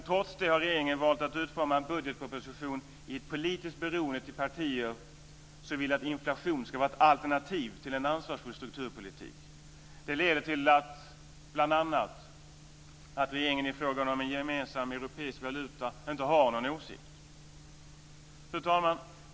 Trots det har regeringen valt att utforma budgetpropositionen i ett politiskt beroende till partier som vill att inflation ska vara ett politiskt alternativ till en ansvarsfull strukturpolitik. Det leder bl.a. till att regeringen i frågan om en gemensam europeisk valuta inte har någon åsikt. Fru talman!